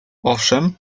owszem